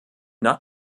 not